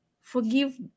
forgive